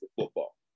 football